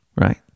right